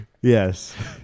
Yes